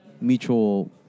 mutual